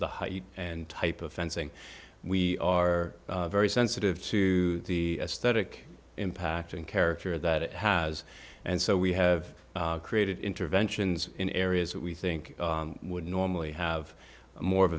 the height and type of fencing we are very sensitive to the aesthetic impact and character that it has and so we have created interventions in areas that we think would normally have more of